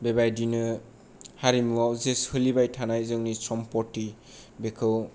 बेबायदिनो हारिमुआव जे सोलिबाय थानाय जोंनि सम्फथि बेखौ